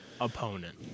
opponent